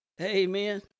Amen